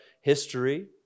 history